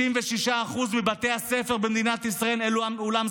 ב-66% מבתי הספר במדינת ישראל אין אולם ספורט,